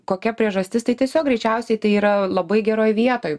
kokia priežastis tai tiesiog greičiausiai tai yra labai geroj vietoj